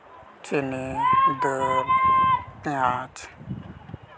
ᱪᱤᱱᱤ ᱫᱟᱹᱞ ᱯᱮᱸᱭᱟᱡᱽ